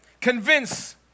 Convince